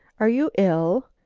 are you ill?